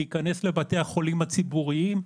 להיכנס לבתי החולים הציבוריים,